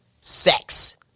sex